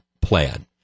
plan